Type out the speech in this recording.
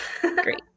Great